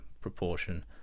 proportion